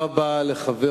תודה רבה לחבר